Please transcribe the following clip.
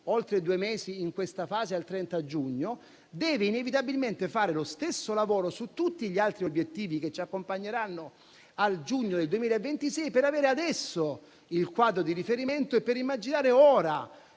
oltre due mesi in questa fase al 30 giugno, su tutti gli altri obiettivi che ci accompagneranno al giugno del 2026, per avere adesso il quadro di riferimento e per immaginare ora